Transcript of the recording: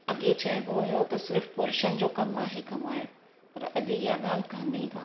अॻे चइबो हुयो त सिर्फ़ु पुरुषनि जो कमु आहे कमाइणु पर अॼु इहा ॻाल्हि कान्हे का